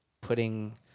putting